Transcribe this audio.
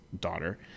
daughter